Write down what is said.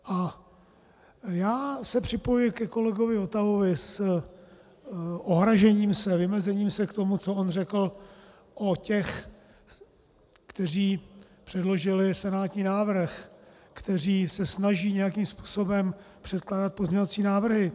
A já se připojuji ke kolegovi Votavovi s ohrazením, s vymezením se k tomu, co on řekl o těch, kteří předložili senátní návrh, kteří se snaží nějakým způsobem předkládat pozměňovací návrhy.